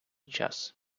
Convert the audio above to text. час